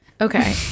Okay